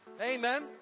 Amen